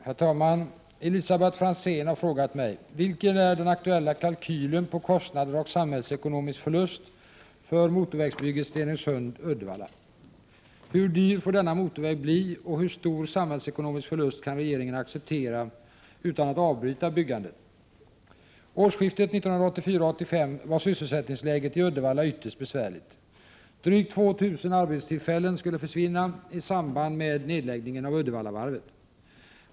Herr talman! Elisabet Franzén har frågat mig: —- Vilken är den aktuella kalkylen på kostnader och samhällsekonomisk förlust för motorvägsbygget Stenungsund— Uddevalla? — Hur dyr får denna motorväg bli och hur stor samhällsekonomisk förlust kan regeringen acceptera utan att avbryta byggandet? Årsskiftet 1984-1985 var sysselsättningsläget i Uddevalla ytterst besvärligt. Drygt 2 000 arbetstillfällen skulle försvinna i samband med nedläggningen av Uddevallavarvet.